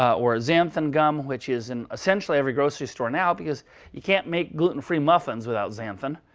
ah or xanthin and gum, which is in essentially every grocery store now. because you can't make gluten free muffins without xanthin.